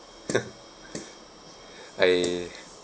I